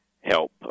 help